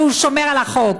והוא שומר על החוק.